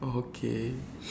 oh okay